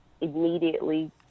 immediately